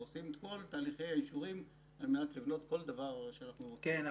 עושים את כל תהליכי האישורים על מנת לבנות כל דבר שאנחנו --- כן,